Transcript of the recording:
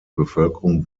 bevölkerung